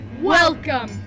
Welcome